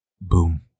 Boom